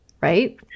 right